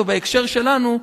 בהקשר שלנו,